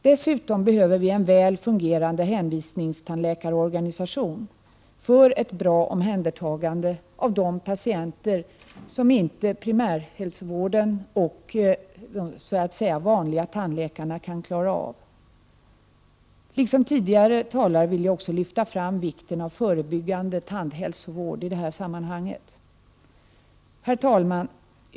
Dessutom behöver vi en väl fungerande hänvisningstandläkarorganisation för ett bra omhändertagande av de patienter som inte primärhälsovården och de vanliga tandläkarna klarar av. Liksom tidigare talare vill jag också lyfta fram vikten av förebyggande tandhälsovård i detta sammanhang. Herr talman!